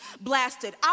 blasted